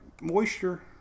moisture